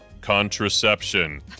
contraception